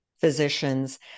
physicians